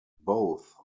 both